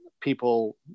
people